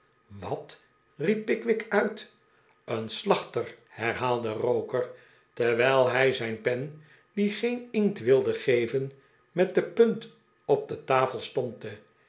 wat riep pickwick uit een slachter herhaalde roker terwijl hij zijn pen die geen inkt wilde geven met de punt op de tafel stompte